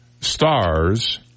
stars